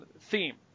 theme